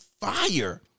fire